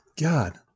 god